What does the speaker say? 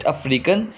African